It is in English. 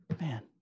Man